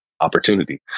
opportunity